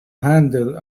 handle